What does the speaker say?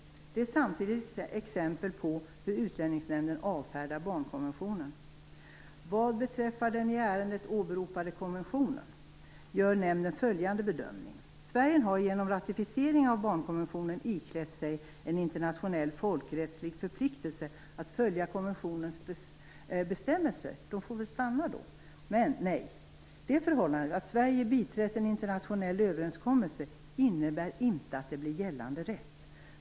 De är samtidigt exempel på hur Utlänningsnämnden avfärdar barnkonventionen: Vad beträffar den i ärendet åberopade konventionen gör nämnden följande bedömning: Sverige har genom ratificering av barnkonventionen iklätt sig en internationell folkrättsligt förpliktelse att följa konventionens bestämmelser. Då får de väl stanna då? Men nej: Det förhållandet att Sverige biträtt en internationell överenskommelse innebär inte att det blir gällande rätt.